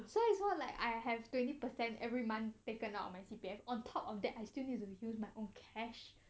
so it's not like I have twenty percent every month taken out of my C_P_F on top of that I still need to use my own cash